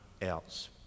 else